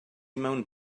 mewn